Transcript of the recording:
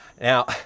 now